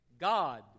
God